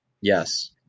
Yes